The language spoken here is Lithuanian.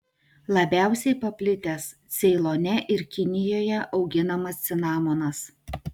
labiausiai paplitęs ceilone ir kinijoje auginamas cinamonas